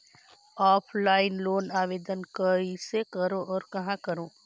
Offline loan आवेदन कइसे करो और कहाँ करो?